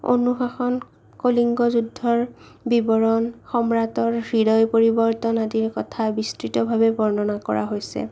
অনুশাসন কলিংগ যুদ্ধৰ বিৱৰণ সম্ৰাটৰ হৃদয় পৰিৱৰ্তন আদিৰ কথা বিস্তৃতভাৱে বৰ্ণনা কৰা হৈছে